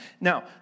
Now